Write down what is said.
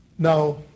Now